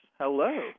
Hello